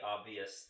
obvious